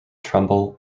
trumbull